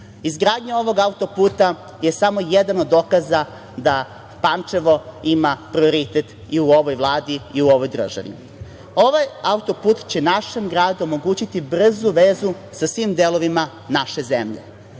Beograda? Izgradnja ovog auto-puta je samo jedan od dokaza da Pančevo ima prioritet i u ovoj Vladi i u ovoj državi. Ovaj auto-put će našem gradu omogućiti brzu vezu sa svim delovima naše zemlje